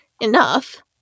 enough